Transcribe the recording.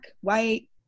white